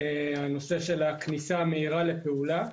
הנושא של הכניסה המהירה לפעולה.